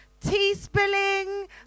tea-spilling